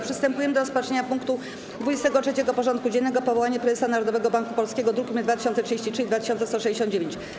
Przystępujemy do rozpatrzenia punktu 23. porządku dziennego: Powołanie Prezesa Narodowego Banku Polskiego (druki nr 2033 i 2169)